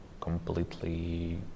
completely